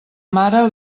mare